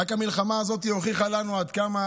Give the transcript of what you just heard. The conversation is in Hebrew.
רק המלחמה הזאת הוכיחה לנו עד כמה